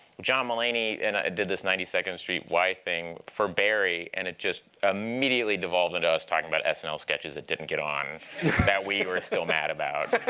john mulaney and i did this ninety second street y thing for barry, and it just immediately devolved into us talking about snl sketches that didn't get on that we are still mad about.